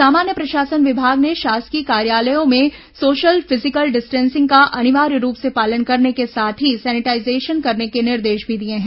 सामान्य प्रशासन विभाग ने शासकीय कार्यालयों में सोशल फिजिकल डिस्टेंसिंग का अनिवार्य रूप से पालन करने के साथ ही सैनिटाईजेशन करने के निर्देश भी दिए हैं